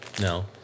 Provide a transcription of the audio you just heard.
No